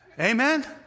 Amen